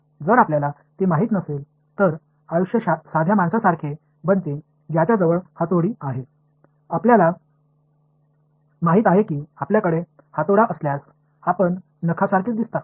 जर आपल्याला ते माहित नसेल तर आयुष्य एखाद्या माणसासारखे बनते ज्याच्या जवळ हातोडी आहे आपल्याला माहित आहे की आपल्याकडे हातोडा असल्यास आपण नखासारखेच दिसता